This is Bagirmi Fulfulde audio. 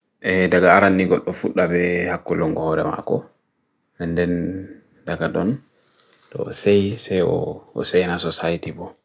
Daga aran nigot ufut labi haku lungo hore mako nnden daga dun to osay se o osay naso sayi tippo